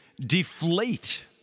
deflate